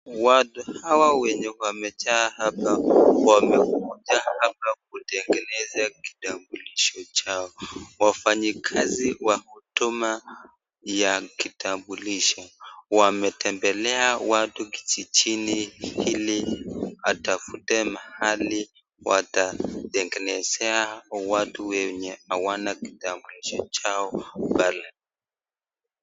Watu hawa wenye wamejaa hapa, wamekuja hapa kutengeneza kitambulisho chao, wafanyi kazi wa huduma ya kitambulisho wametembelea watu kijijini ili watafute mahali watatengenezea watu wenye hawana kitambilisho chao pale.